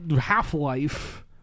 half-life